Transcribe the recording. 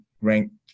ranked